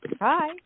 Hi